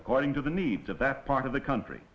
according to the needs of that part of the country